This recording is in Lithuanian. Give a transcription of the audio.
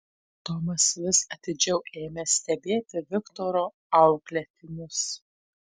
tomas vis atidžiau ėmė stebėti viktoro auklėtinius